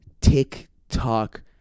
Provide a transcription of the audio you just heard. TikTok